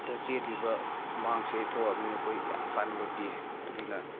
ꯗ ꯆꯦꯜꯂꯤꯕ ꯍꯨꯃꯥꯡꯁꯦ ꯊꯣꯛꯑꯕꯅꯤꯅ ꯑꯩꯈꯣꯏ ꯌꯥꯝ ꯀꯥꯟꯅꯕ ꯄꯤ ꯑꯗꯨꯅ